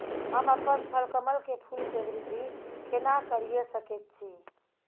हम अपन थलकमल के फूल के वृद्धि केना करिये सकेत छी?